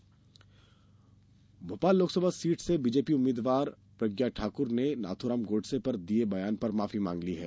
प्रज्ञा माफी भोपाल लोकसभा सीट से भाजपा उम्मीदवार प्रज्ञा ठाकुर ने नाथूराम गोडसे पर दिए बयान पर माफी मांग ली है